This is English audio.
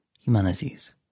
humanities